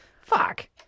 Fuck